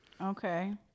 Okay